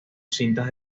cintas